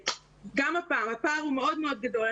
הפער הוא מאוד מאוד גדול.